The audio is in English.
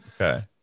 okay